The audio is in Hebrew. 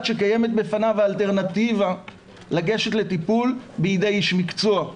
שקיימת בפניו האלטרנטיבה לגשת לטיפול בידי איש מקצוע.